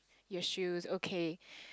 your shoes okay